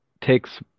takes